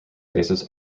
bases